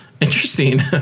interesting